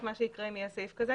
אם יהיה סעיף כזה,